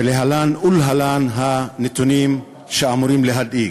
ולהלן הנתונים שאמורים להדאיג: